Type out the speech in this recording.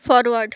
forward